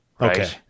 okay